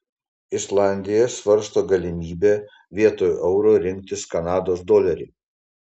islandija svarsto galimybę vietoj euro rinktis kanados dolerį